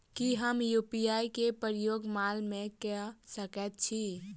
की हम यु.पी.आई केँ प्रयोग माल मै कऽ सकैत छी?